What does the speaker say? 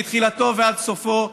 מתחילתו ועד סופו,